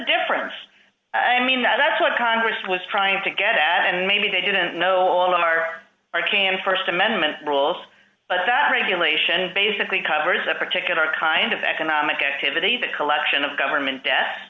difference i mean that's what congress was trying to get at and maybe they didn't know all of our can st amendment rules but that regulation basically covers a particular kind of economic activity the collection of government de